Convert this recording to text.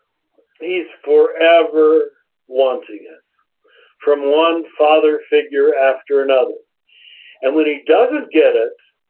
he's forever wanting it from one father figure after another and when he doesn't get it,